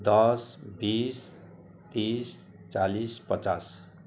दस बिस तिस चालिस पचास